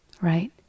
right